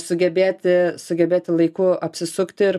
sugebėti sugebėti laiku apsisukti ir